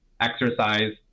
exercise